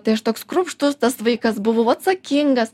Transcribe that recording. tai aš toks kruopštus tas vaikas buvau atsakingas